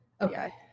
Okay